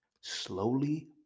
Slowly